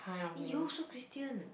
you also Christian